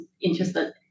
interested